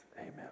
Amen